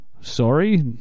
Sorry